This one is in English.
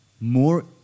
more